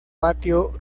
patio